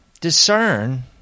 discern